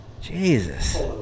Jesus